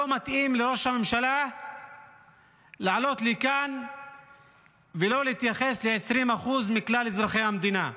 לא מתאים לראש הממשלה לעלות לכאן ולא להתייחס ל-20% מכלל אזרחי המדינה,